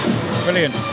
Brilliant